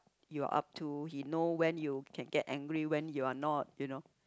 you are up to he know when you can get angry when you are not you know